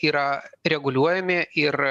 yra reguliuojami ir